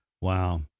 wow